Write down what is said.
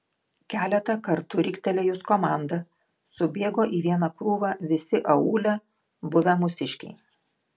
keletą kartų riktelėjus komandą subėgo į vieną krūvą visi aūle buvę mūsiškiai